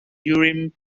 urim